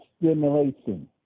stimulation